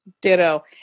Ditto